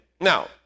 Now